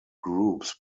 groups